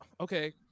Okay